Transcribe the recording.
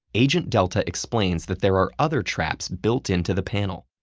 agent delta explains that there are other traps built into the panel.